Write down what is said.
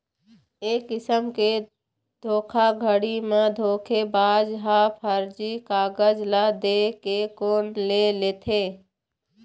ए किसम के धोखाघड़ी म धोखेबाज ह फरजी कागज ल दे के लोन ले लेथे